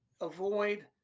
avoid